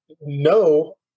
no